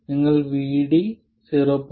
നിങ്ങൾ VD 0